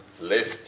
left